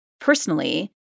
personally